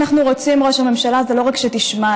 אבל מה שאנחנו רוצים זה לא רק שתשמע.